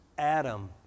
Adam